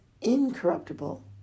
incorruptible